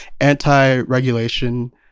anti-regulation